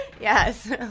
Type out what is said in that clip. Yes